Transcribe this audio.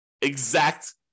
exact